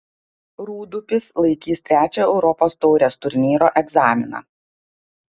rūdupis laikys trečią europos taurės turnyro egzaminą